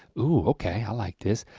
oh, okay, i like this.